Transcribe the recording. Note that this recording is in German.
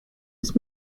ist